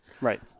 Right